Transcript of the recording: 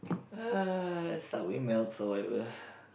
uh Subway melts or whatever